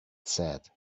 said